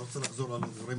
אני לא רוצה לחזור על הדברים,